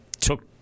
took